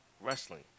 wrestling